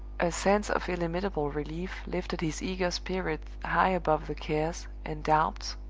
a sense of illimitable relief lifted his eager spirit high above the cares, and doubts,